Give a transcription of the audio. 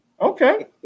Okay